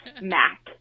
mac